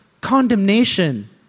condemnation